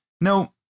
Now